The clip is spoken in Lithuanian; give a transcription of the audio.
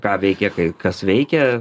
ką veikė kai kas veikė